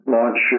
launch